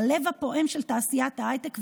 ללב הפועם של תעשיית ההייטק,